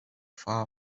far